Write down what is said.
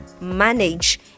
manage